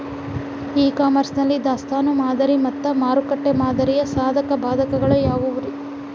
E commerce ನಲ್ಲಿ ದಾಸ್ತಾನು ಮಾದರಿ ಮತ್ತ ಮಾರುಕಟ್ಟೆ ಮಾದರಿಯ ಸಾಧಕ ಬಾಧಕಗಳ ಯಾವವುರೇ?